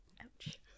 Ouch